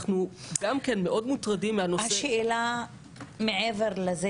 אנחנו גם מוטרדים מהנושא -- מעבר לזה